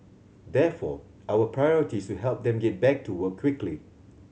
therefore our priority is to help them get back to work quickly